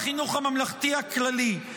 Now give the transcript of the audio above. מועצה לחינוך הממלכתי הכללי,